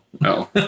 no